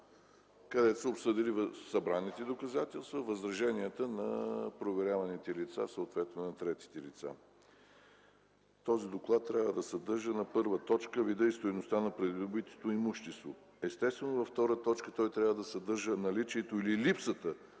където са обсъдили събраните доказателства, възраженията на проверяваните лица и съответно на третите лица. Този доклад трябва да съдържа на т. 1 „видът и стойността на придобитото имущество”. Естествено в т. 2 той трябва да съдържа „наличието или липсата